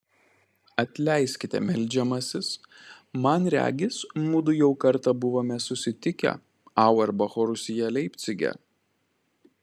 atleiskite meldžiamasis man regis mudu jau kartą buvome susitikę auerbacho rūsyje leipcige